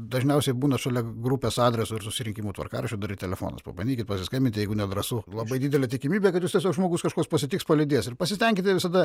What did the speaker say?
dažniausiai būna šalia grupės adreso ir susirinkimų tvarkaraščio dar ir telefonas pabandykit pasiskambinti jeigu nedrąsu labai didelė tikimybė kad jūs tiesiog žmogus kažkoks pasitiks palydės ir pasistenkite visada